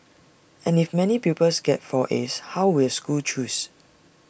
and if many pupils get four as how will schools choose